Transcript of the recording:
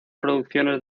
producciones